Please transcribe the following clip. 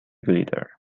glitter